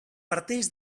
parteix